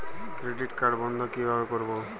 Credit card বন্ধ কিভাবে করবো?